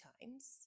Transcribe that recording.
times